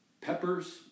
peppers